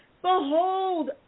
Behold